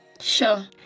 sure